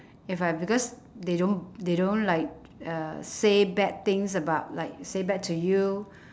if I because they don't they don't like uh say bad things about like say bad to you